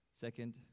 Second